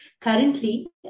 Currently